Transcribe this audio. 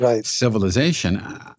civilization